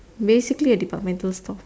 basically a departmental store